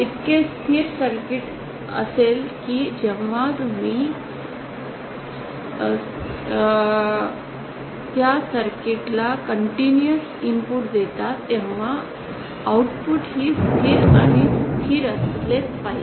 इतके स्थिर सर्किट असेल की जेव्हा तुम्ही त्या सर्किटला सतत इनपुट देता तेव्हा उत्पादन ही स्थिर आणि स्थिर असले पाहिजे